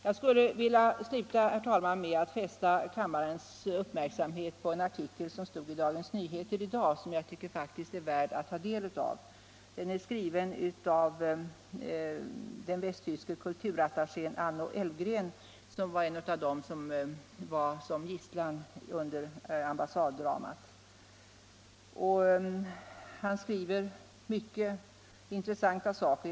Jag skulle, herr talman, vilja sluta med att fästa kammarens uppmärksamhet på en artikel i Dagens Nyheter i dag, som jag tycker faktiskt är värd att ta del av. Den är skriven av den västtyske kulturattachén Anno Elfgen, som var en av dem som hölls som gisslan under ambassaddramat. Han skriver mycket intressanta saker.